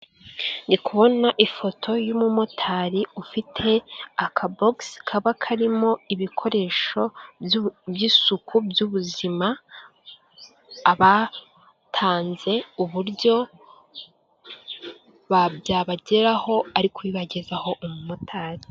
Ndikubona ifoto y'umumotari ufite akabogisi kaba karimo ibikoresho by'isuku by'ubuzima, abatanze uburyo byabageraho ari kubibagezaho umumotari.